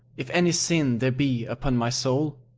if any sin there be upon my soul?